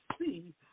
see